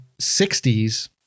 60s